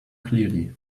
clearly